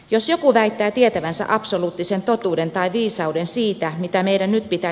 jos joku väittää tietävänsä absoluuttisen totuuden tai viisauden siitä mitä meidän nyt pitää